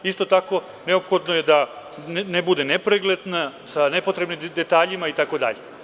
Isto tako neophodno je da ne bude nepregledna, sa nepotrebnim detaljima itd.